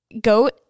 goat